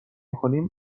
کنیم